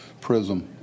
prism